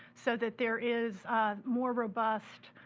so that there is more robust,